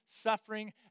suffering